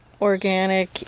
organic